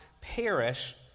perish